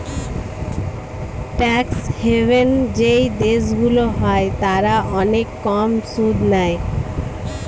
tax haven যেই দেশগুলো হয় তারা অনেক কম সুদ নেয়